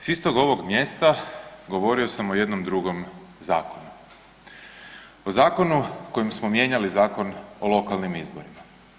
Sa istog ovog mjesta govorio sam o jednom drugom zakonu, o zakonu kojem smo mijenjali Zakon o lokalnim izborima.